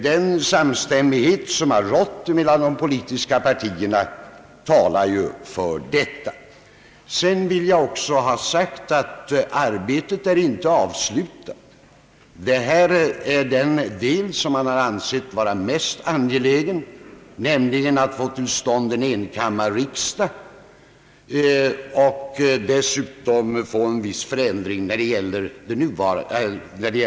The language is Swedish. Den samstämmighet som har rått mellan de politiska partierna vittnar härom. Jag vill också ha sagt att arbetet ännu inte är avslutat. Man har ansett det mest angelägna vara att få till stånd en enkammarriksdag och en viss förändring beträffande valsystemet.